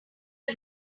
are